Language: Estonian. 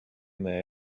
meie